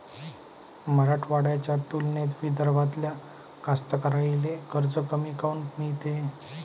मराठवाड्याच्या तुलनेत विदर्भातल्या कास्तकाराइले कर्ज कमी काऊन मिळते?